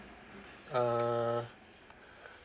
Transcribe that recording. uh